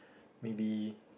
maybe